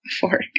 Fork